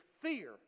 fear